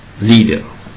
leader